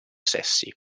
sessi